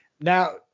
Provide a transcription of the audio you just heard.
now